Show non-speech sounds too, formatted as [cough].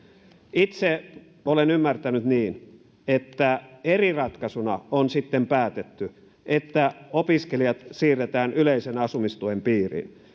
itse olen ymmärtänyt niin että eri ratkaisuna on sitten päätetty että opiskelijat siirretään yleisen asumistuen piiriin [unintelligible]